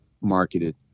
marketed